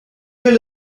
will